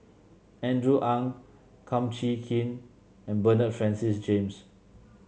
Andrew Ang Kum Chee Kin and Bernard Francis James